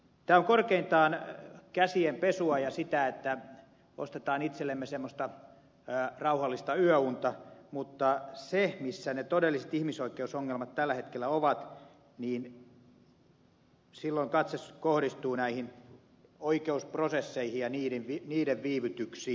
tämä on korkeintaan käsienpesua ja sitä että ostetaan itsellemme semmoista rauhallista yöunta mutta kun ajatellaan missä ne todelliset ihmisoikeusongelmat tällä hetkellä ovat niin silloin katse kohdistuu näihin oikeusprosesseihin ja niiden viivytyksiin